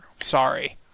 Sorry